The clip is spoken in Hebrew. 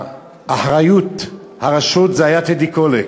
אחריות הרשות, היה טדי קולק.